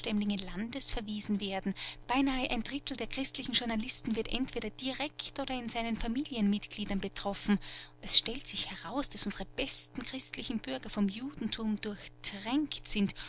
landesverwiesen werden beinahe ein drittel der christlichen journalisten wird entweder direkt oder in seinen familienmitgliedern betroffen es stellt sich heraus daß unsere besten christlichen bürger vom judentum durchtränkt sind